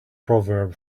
proverb